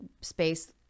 space